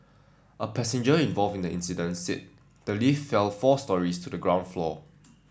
a passenger involved in the incident said the lift fell four storeys to the ground floor